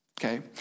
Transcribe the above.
Okay